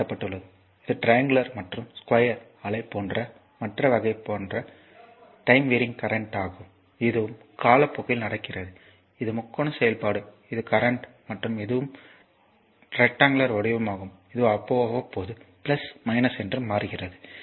4 இது ட்ரையாங்குலர் மற்றும் ஸ்கொயர் அலை போன்ற மற்ற வகை டைம் வேரியிங் கரண்ட் ஆகும் இதுவும் காலப்போக்கில் நடக்கிறது இது முக்கோண செயல்பாடு இது கரண்ட் மற்றும் இதுவும் இது ரெக்டாங்குலார் வடிவமாகும் இதுவும் அவ்வப்போது என மாறுகிறது